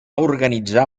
organitzar